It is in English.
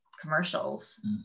commercials